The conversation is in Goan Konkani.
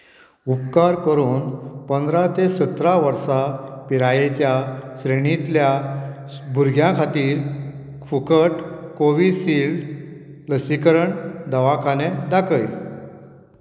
उपकार करून पंदरा ते सतरा वर्सां पिरायेच्या श्रेणींतल्या भुरग्यां खातीर फुकट कोविशिल्ड लसीकरण दवाखाने दाखय